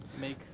make